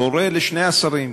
קורא לשני השרים,